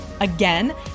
Again